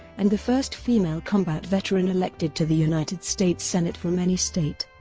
and the first female combat veteran elected to the united states senate from any state.